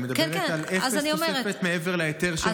היא מדברת על אפס תוספת מעבר להיתר שהקציתם.